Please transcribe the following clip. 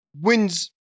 wins